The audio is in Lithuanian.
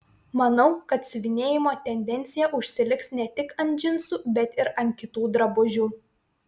manau kad siuvinėjimo tendencija užsiliks ne tik ant džinsų bet ir ant kitų drabužių